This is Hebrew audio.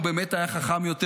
הוא באמת היה חכם יותר,